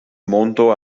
monto